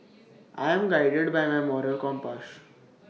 I'm guided by my moral compass